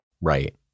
Right